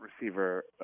receiver